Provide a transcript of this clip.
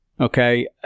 okay